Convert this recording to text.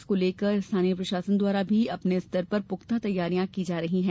इसको लेकर स्थानीय प्रशासन द्वारा भी अपने स्तर पर पुख्ता तैयारियां की जा रही है